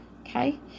okay